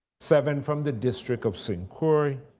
seven from the district of st. croix,